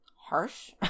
Harsh